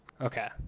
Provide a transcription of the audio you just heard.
Okay